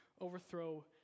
overthrow